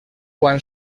quan